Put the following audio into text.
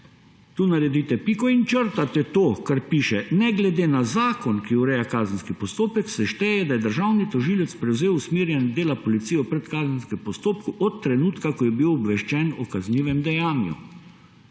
vi naredite piko in črtate to, kar piše, «ne glede na zakon, ki ureja kazenski postopek, se šteje, da je državni tožilec prevzel usmerjanje dela policije v predkazenskem postopku od trenutka, ko je bil obveščen o kaznivem dejanju«.